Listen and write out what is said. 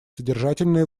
содержательные